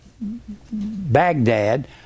Baghdad